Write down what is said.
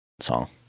song